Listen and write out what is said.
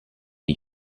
dei